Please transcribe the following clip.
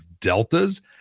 deltas